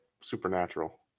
supernatural